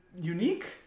unique